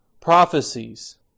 prophecies